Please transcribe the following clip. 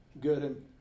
good